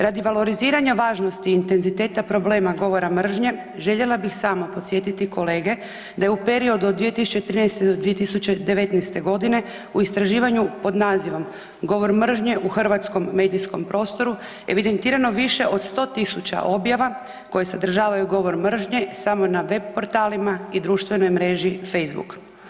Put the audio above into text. Radi valoriziranja važnosti intenziteta problema govora mržnje željela bih samo podsjetiti kolege da je u periodu od 2013. do 2019. godine u istraživanju pod nazivom „Govor mržnje u hrvatskom medijskom prostoru“ evidentirano više od 100.000 objava koje sadržavaju govor mržnje samo na web portalima i društvenoj mreži Facebook.